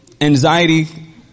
anxiety